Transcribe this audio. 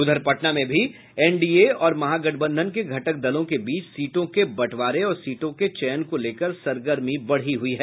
उधर पटना में भी एनडीए और महागठबंधन के घटक दलों के बीच सीटों के बंटवारे और सीटों के चयन को लेकर सरगर्मी बढ़ी हुई है